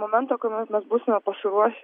momento kuomet mes būsime pasiruošę